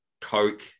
Coke